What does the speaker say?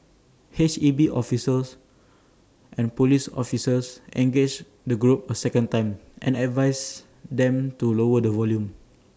H E B officials and Police officers engaged the group A second time and advised them to lower the volume